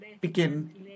begin